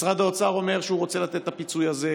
משרד האוצר אומר שהוא רוצה לתת את הפיצוי הזה,